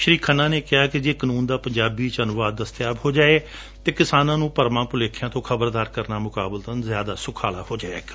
ਸ੍ਰੀ ਖੰਨਾ ਨੇ ਕਿਹਾ ਕਿ ਜੇ ਕਾਨੂੰਨ ਦਾ ਪੰਜਾਬੀ ਵਿਚ ਅਨੁਵਾਦ ਦਸਤੇਆਬ ਹੋ ਜਾਵੇ ਤਾਂ ਕਿਸਾਨਾਂ ਨੂੰ ਭਰਮਾਂ ਭੁਲੇਖਿਆਂ ਤੋਂ ਖਬਰਦਾਰ ਕਰਣਾ ਮੁਕਾਬਲਤਨ ਜ਼ਿਆਦਾ ਅਸਾਨ ਹੋ ਜਾਵੇਗਾ